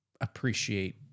appreciate